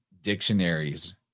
dictionaries